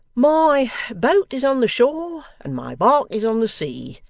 my boat is on the shore and my bark is on the sea,